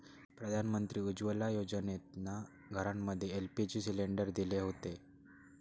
प्रधानमंत्री उज्ज्वला योजनेतना घरांमध्ये एल.पी.जी सिलेंडर दिले हुते